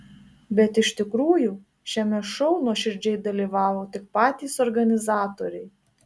bet iš tikrųjų šiame šou nuoširdžiai dalyvavo tik patys organizatoriai